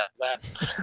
last